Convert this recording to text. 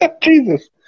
jesus